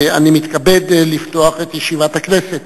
אני מתכבד לפתוח את ישיבת הכנסת.